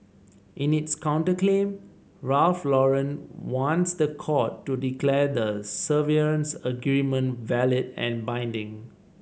in its counterclaim Ralph Lauren wants the court to declare the severance agreement valid and binding